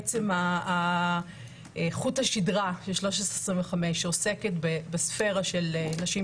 עצם חוט השדרה של 1325 שעוסקת בספירה של נשים,